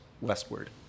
westward